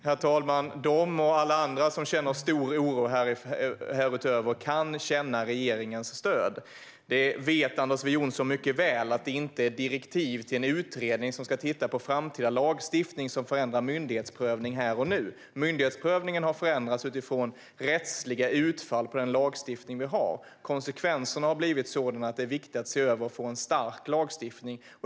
Herr talman! De och alla andra som känner stor oro över detta kan känna regeringens stöd. Anders W Jonsson vet mycket väl att direktiven till en utredning som ska titta på framtida lagstiftning inte är vad som förändrar myndighetsprövning här och nu. Myndighetsprövningen har förändrats beroende på rättsliga utfall på den lagstiftning som vi redan har. Konsekvenserna har blivit sådana att det är viktigt att se över hur vi får en stark lagstiftning.